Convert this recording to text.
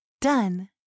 done